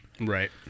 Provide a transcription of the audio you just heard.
right